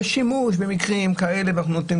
בשימוש במקרים כאלה וכולי.